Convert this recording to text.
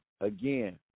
Again